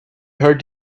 heard